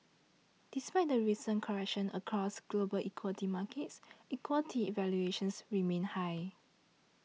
despite the recent correction across global equity markets equity valuations remain high